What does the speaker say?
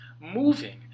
moving